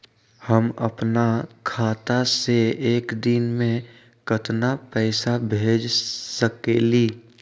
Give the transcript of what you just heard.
हम अपना खाता से एक दिन में केतना पैसा भेज सकेली?